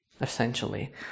essentially